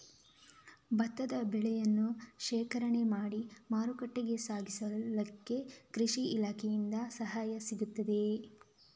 ಭತ್ತದ ಬೆಳೆಯನ್ನು ಶೇಖರಣೆ ಮಾಡಿ ಮಾರುಕಟ್ಟೆಗೆ ಸಾಗಿಸಲಿಕ್ಕೆ ಕೃಷಿ ಇಲಾಖೆಯಿಂದ ಸಹಾಯ ಸಿಗುತ್ತದಾ?